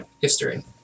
history